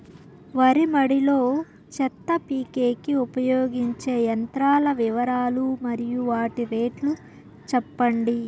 వరి మడి లో చెత్త పీకేకి ఉపయోగించే యంత్రాల వివరాలు మరియు వాటి రేట్లు చెప్పండి?